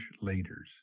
leaders